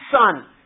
Son